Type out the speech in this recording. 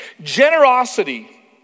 Generosity